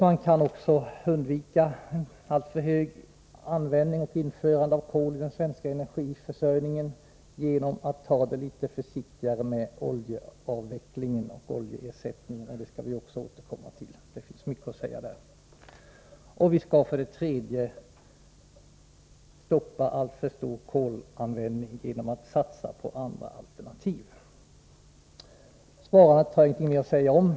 Man kan även undvika alltför stor användning av kol i den svenska energiförsörjningen genom att ta det litet försiktigare med oljeavvecklingen och oljeersättningen. Det skall jag också återkomma till. Det finns mycket att säga här. Man kan också stoppa en alltför stor kolanvändning genom att satsa på andra alternativ. Om energisparandet har jag ingenting mer att säga.